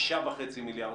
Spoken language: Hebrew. לכן, צריך לשים הסתייגות קלה.